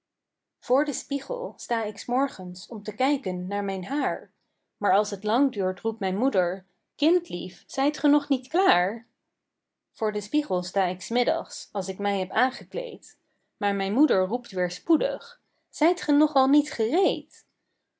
voor den spiegel sta ik s morgens om te kijken naar mijn haar maar als t lang duurt roept mijn moeder kindlief zijt ge nog niet klaar pieter louwerse alles zingt voor den spiegel sta ik s middags als ik mij heb aangekleed maar mijn moeder roept weer spoedig zijt ge nog al niet gereed